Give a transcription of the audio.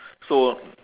so wha~